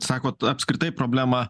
sakot apskritai problemą